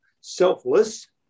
selfless